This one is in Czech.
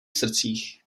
srdcích